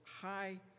high